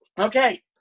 Okay